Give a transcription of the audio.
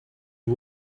you